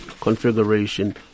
configuration